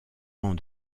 ans